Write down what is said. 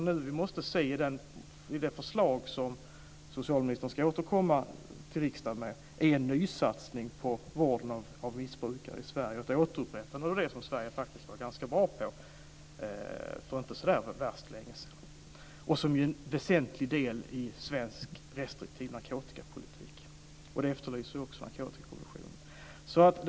Vad vi vill se i det förslag som socialministern ska återkomma till riksdagen med är en nysatsning på vården av missbrukare i Sverige och ett återupprättande av den vård som Sverige var ganska bra på för inte så länge sedan. Missbrukarvården är en väsentlig del i svensk restriktiv narkotikapolitik. Detta är också något som Narkotikakommissionen efterlyser.